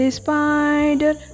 spider